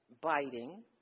biting